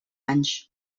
anys